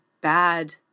bad